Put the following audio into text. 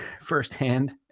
firsthand